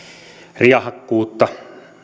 riehakkuutta